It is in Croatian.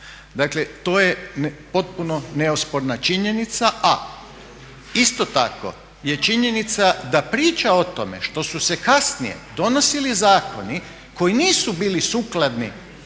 dakle to je potpuno neosporna činjenica. A isto tako je činjenica da priča o tome što su se kasnije donosili zakoni koji nisu bili sukladni